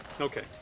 Okay